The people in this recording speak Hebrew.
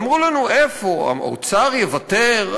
אמרו לנו: איפה, האוצר יוותר?